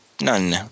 none